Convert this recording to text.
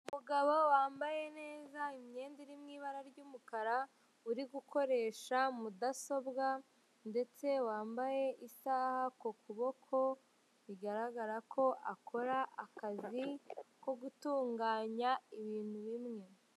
Umugabo wambaye neza imyenda iri mu ibara ry'umukara, uri gukoresha mudasobwa, ndetse wambaye isaha ku kuboko, bigaragara ko akora akazi ko gutunganya ibintu bimwe.